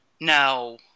No